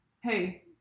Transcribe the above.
Hey